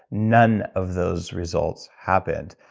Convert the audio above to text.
none of those results happened.